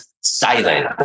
silent